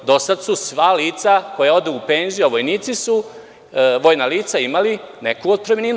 Do sada su sva lica koja odu u penziju, a vojnici su, vojna lica, imali neku otpremninu.